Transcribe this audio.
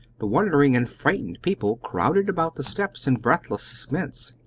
the wondering and frightened people crowded about the steps in breathless suspense.